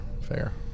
fair